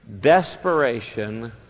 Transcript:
desperation